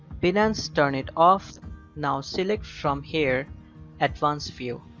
binance, turn it off now. select from here advanced view.